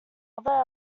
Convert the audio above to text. other